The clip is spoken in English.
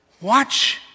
Watch